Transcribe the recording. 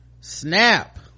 Snap